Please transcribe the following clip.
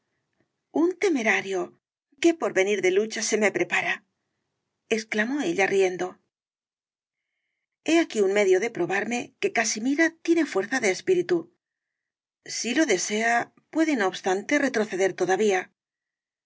un temerario qué porvenir de luchas se me prepara exclamó ella riendo h e ahí un medio de probarme que casimira tiene fuerza de espíritu si lo desea puede no obstante retroceder todavía